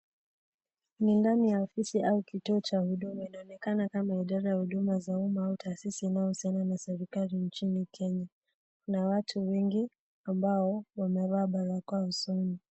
Ni ndani ya ofisi au kituo cha huduma. Inaonekana kama idara ya Huduma za umma au taasisi inayohusiana na serikali nchini Kenya. Kuna watu wengi ambao wamevaa barakoa usoni.